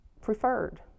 preferred